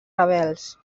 rebels